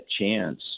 chance